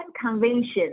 convention